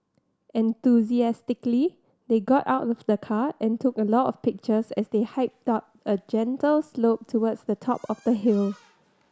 enthusiastically they got out of the car and took a lot of pictures as they hiked up a gentle slope towards the top of the hill